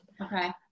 Okay